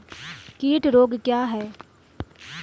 कीट रोग क्या है?